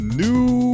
new